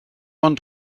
ond